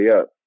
up